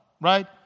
right